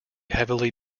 heavily